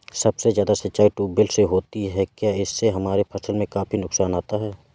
सबसे ज्यादा सिंचाई ट्यूबवेल से होती है क्या इससे हमारे फसल में काफी नुकसान आता है?